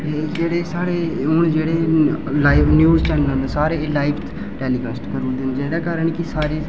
जेह्ड़े साढ़े हून जेह्ड़े लाइव न्यूज़ चैनल न सारे एह् लाइव टैलीकॉस्ट करा दे जेह्दे कारण सारे